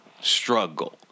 Struggle